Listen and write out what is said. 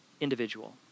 individual